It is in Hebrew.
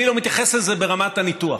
אני לא מתייחס לזה ברמת הניתוח.